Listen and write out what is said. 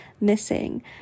missing